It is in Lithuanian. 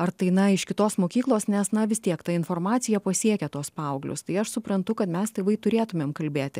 ar tai na iš kitos mokyklos nes na vis tiek ta informacija pasiekia tuos paauglius tai aš suprantu kad mes tėvai turėtumėm kalbėti